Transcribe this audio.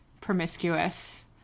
promiscuous